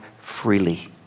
freely